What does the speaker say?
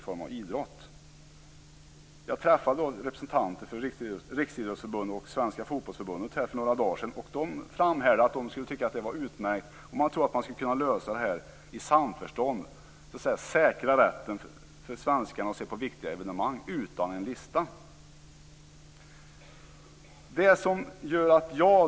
För några dagar sedan träffade jag representanter för Riksidrottsförbundet och Svenska Fotbollförbundet. De framhärdade att det vore utmärkt, och de trodde att frågan skulle kunna lösas i samförstånd, dvs. att man skulle kunna säkra rätten för svenskar att se på viktiga evenemang utan att det behöver upprättas någon lista.